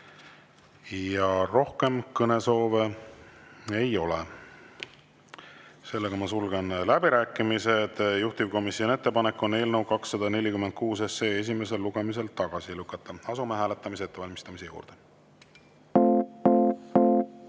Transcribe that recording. Rohkem kõnesoove ei ole. Sulgen läbirääkimised. Juhtivkomisjoni ettepanek on eelnõu 246 esimesel lugemisel tagasi lükata. Asume hääletamise ettevalmistamise juurde.